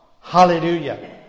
Hallelujah